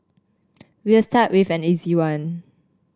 we'll start with an easy one